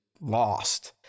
lost